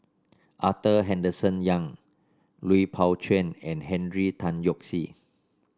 Arthur Henderson Young Lui Pao Chuen and Henry Tan Yoke See